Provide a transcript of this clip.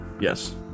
yes